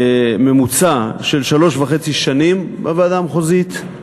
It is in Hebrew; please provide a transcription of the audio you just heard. ממוצע של שלוש וחצי שנים בוועדה המחוזית,